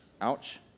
Ouch